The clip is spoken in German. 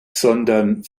sondern